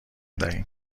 دهیم